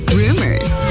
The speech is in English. rumors